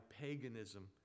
paganism